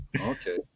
Okay